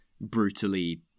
brutally